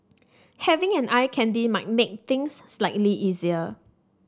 having an eye candy might make things slightly easier